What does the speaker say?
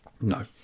No